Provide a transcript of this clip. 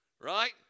Right